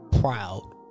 proud